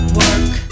work